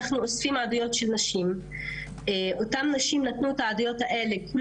נשים ערביות בתוך מדינת שום גיבוי של ביטחון אישי.